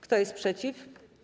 Kto jest przeciw?